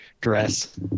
dress